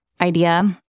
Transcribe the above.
idea